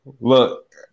Look